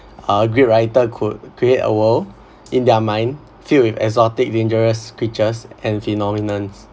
a great writer could create a world in their mind filled with exotic dangerous creatures and phenomenons